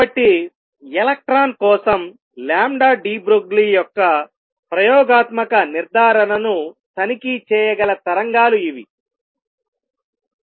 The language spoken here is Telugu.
కాబట్టి ఎలక్ట్రాన్ కోసం deBroglie యొక్క ప్రయోగాత్మక నిర్ధారణను తనిఖీ చేయగల తరంగాలు ఇవి